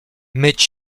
myć